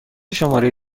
شماره